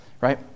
right